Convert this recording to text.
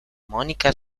monica